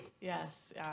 Yes